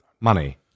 money